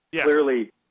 clearly